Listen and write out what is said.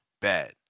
Bad